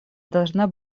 должна